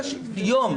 יום...